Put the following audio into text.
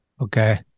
okay